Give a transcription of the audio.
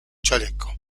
chaleco